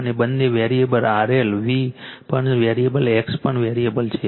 અને બંને variable RL V પણ વેરીએબલ X પણ વેરીએબલ છે